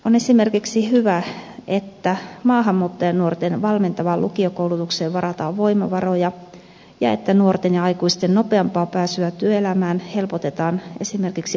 on esimerkiksi hyvä että maahanmuuttajanuorten valmentavaan lukiokoulutukseen varataan voimavaroja ja että nuorten ja aikuisten nopeampaa pääsyä työelämään helpotetaan esimerkiksi oppisopimuskoulutuksella